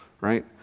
Right